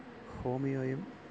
ഹോമിയോയും